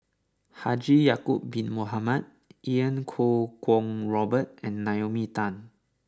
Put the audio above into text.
Haji Ya'Acob bin Mohamed Iau Kuo Kwong Robert and Naomi Tan